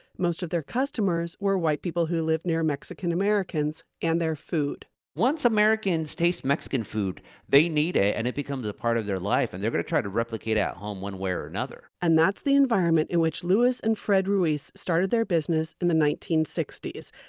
most of their customers were white people who lived near mexican americans and their food once americans taste mexican food they need it and it becomes a part of their life and they're going to try to replicate in home one way or another and that's the environment in which louis and fred ruiz started their business in the nineteen sixty s.